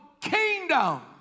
Kingdom